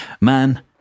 Man